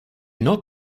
not